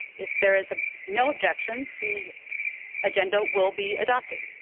if there is ah no objection, the agenda will be adopted.